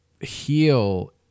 heal